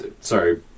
sorry